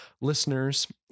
listeners